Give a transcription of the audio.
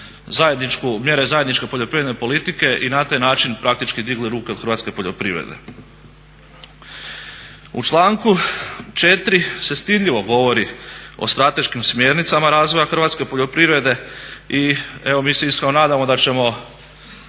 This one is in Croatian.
mjere zajedničke poljoprivredne politike i na taj način praktički digli ruke od hrvatske poljoprivrede. U članku 4. se stidljivo govori o strateškim smjernicama razvoja hrvatske poljoprivrede i evo mi se iskreno nadamo da ćemo